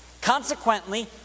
Consequently